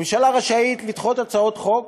ממשלה רשאית לדחות הצעות חוק,